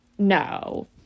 No